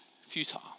futile